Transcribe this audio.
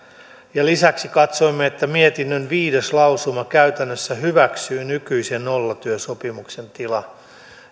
ja lisäksi katsoimme että mietinnön viides lausuma käytännössä hyväksyy nykyisen nollatyösopimuksen